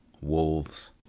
Wolves